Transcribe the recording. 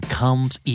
comes